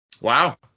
Wow